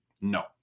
No